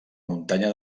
muntanya